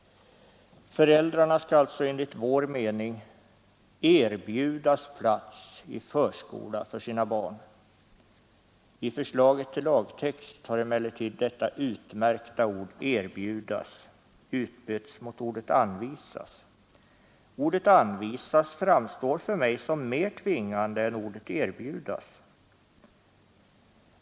Föräldrarna skall alltså enligt vår mening erbjudas plats i förskola för sina barn. I förslaget till lagtext har emellertid detta utmärkta ord ”erbjudas” utbytts mot ordet ”anvisas”. Ordet ”anvisas” framstår för mig som mer tvingande än ordet ”erbjudas”.